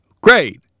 Great